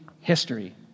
history